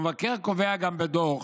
המבקר קובע בדוח